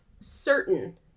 certain